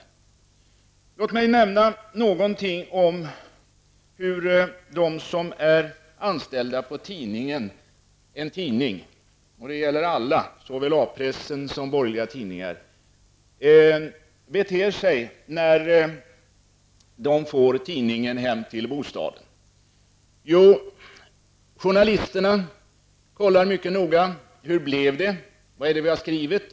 Låt mig nämna någonting om hur de som är anställda på en tidning -- och det gäller alla tidningar, såväl A-pressen som borgerliga tidningar -- beter sig när de får tidningen hem till bostaden. Jo, journalisterna kollar mycket noga: Hur blev det? Vad är det vi har skrivit?